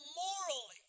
morally